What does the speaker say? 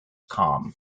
calm